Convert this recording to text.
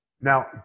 now